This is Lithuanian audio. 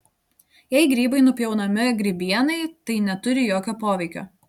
jei grybai nupjaunami grybienai tai neturi jokio poveikio